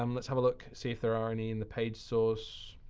um let's have a look see if there are any in the page source.